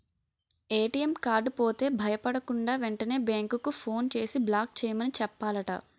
ATM card పోతే భయపడకుండా, వెంటనే బేంకుకి ఫోన్ చేసి బ్లాక్ చేయమని చెప్పాలట